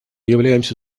являемся